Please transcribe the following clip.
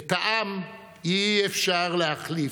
את העם אי-אפשר להחליף,